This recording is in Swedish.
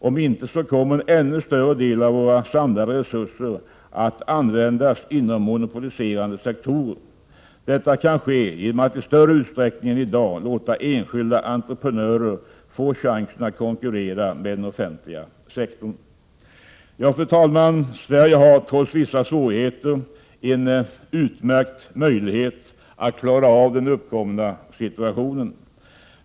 Om inte så sker kommer en ännu större del av våra samlade resurser att användas inom monopoliserade sektorer. Detta kan ske genom att i större utsträckning än i dag låta enskilda entreprenörer få chansen att konkurrera med den offentliga sektorn. Fru talman! Sverige har, trots vissa svårigheter, en utmärkt möjlighet att klara av den uppkomna situationen.